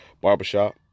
barbershop